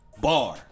bar